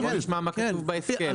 תסביר לנו למה זה לא עולה בקנה אחד,